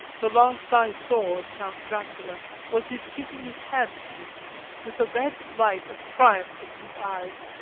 the last i saw of count dracula was his kissing his hand to me with a red light of triumph in his eyes,